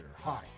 Hi